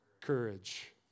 Courage